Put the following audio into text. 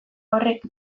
horrek